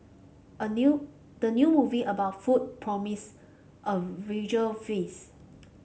a new the new movie about food promise a visual feast